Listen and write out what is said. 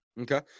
Okay